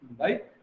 right